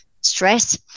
stress